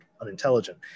unintelligent